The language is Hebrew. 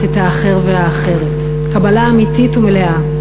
את האחרת והאחר, קבלה אמיתית ומלאה.